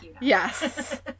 yes